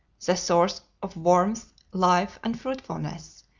the source of warmth, life, and fruitfulness,